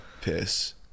Piss